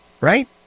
right